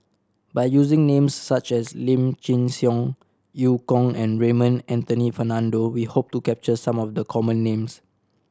by using names such as Lim Chin Siong Eu Kong and Raymond Anthony Fernando we hope to capture some of the common names